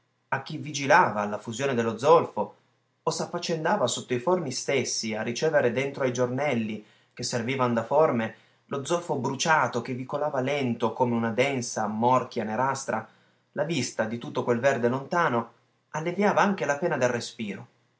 a chi vigilava alla fusione dello zolfo o s'affaccendava sotto i forni stessi a ricevere dentro ai giornelli che servivan da forme lo zolfo bruciato che vi colava lento come una densa morchia nerastra la vista di tutto quel verde lontano alleviava anche la pena del respiro